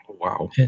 Wow